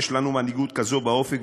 יש לנו מנהיגות כזאת באופק,